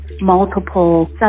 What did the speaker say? multiple